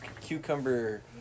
cucumber